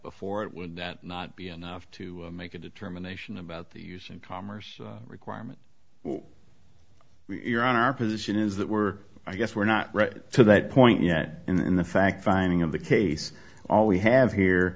before it would that not be enough to make a determination about the use and commerce requirement we're on our position is that we're i guess we're not ready to that point yet in the fact finding of the case all we have here